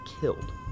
killed